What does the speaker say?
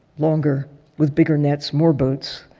longer with bigger nets, more boats.